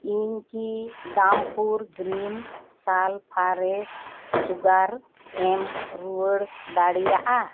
ᱤᱧᱠᱤ ᱫᱟᱢᱯᱩᱨ ᱜᱨᱤᱱ ᱥᱟᱞᱯᱷᱟᱨᱮᱥ ᱥᱩᱜᱟᱨ ᱮᱢ ᱨᱩᱣᱟᱹᱲ ᱫᱟᱲᱮᱭᱟᱜᱼᱟ